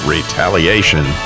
Retaliation